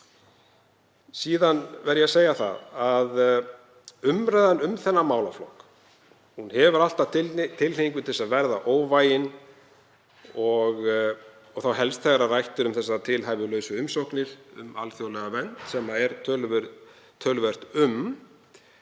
Síðan verð ég að segja að umræðan um þennan málaflokk hefur alltaf tilhneigingu til að verða óvægin og þá helst þegar rætt er um tilhæfulausar umsóknir um alþjóðlega vernd, sem er töluvert um.